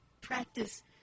practice